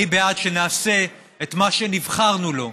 אני בעד שנעשה את מה שנבחרנו לו,